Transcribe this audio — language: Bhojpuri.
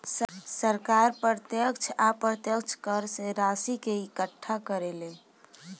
सरकार प्रत्यक्ष आ अप्रत्यक्ष कर से राशि के इकट्ठा करेले